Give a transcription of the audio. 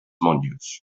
monjos